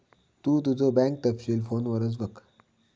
तु तुझो बँक तपशील फोनवरच बघ